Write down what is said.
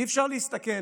אי-אפשר להסתכל